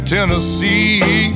Tennessee